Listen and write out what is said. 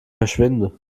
verschwinde